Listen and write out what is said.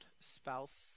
spouse